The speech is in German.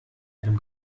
einem